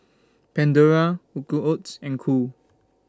Pandora Quaker Oats and Cool